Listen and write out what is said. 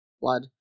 blood